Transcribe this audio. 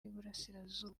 y’uburasirazuba